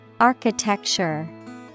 Architecture